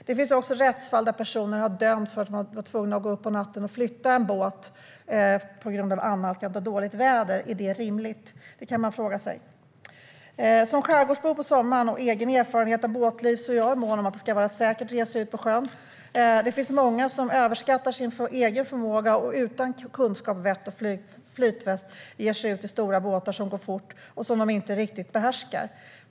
Det finns också rättsfall där personer har dömts för att de varit tvungna att gå upp på natten och flytta en båt på grund av annalkande dåligt väder. Är det rimligt? Det kan man fråga sig. Som skärgårdsbo på sommaren med egen erfarenhet av båtliv är jag mån om att det ska vara säkert att resa ut på sjön. Det finns många som överskattar sin egen förmåga och utan kunskap, vett och flytväst ger sig ut i stora båtar som går fort och som de inte riktigt behärskar.